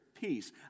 peace